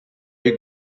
you